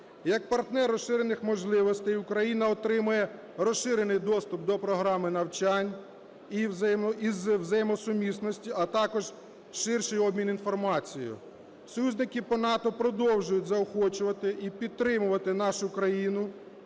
Як партнер розширених можливостей, Україна отримає розширений доступ до програми навчань із взаємосумісності, а також ширший обмін інформацією. Союзники по НАТО продовжують заохочувати і підтримувати нашу країну